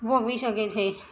ભોગવી શકે છે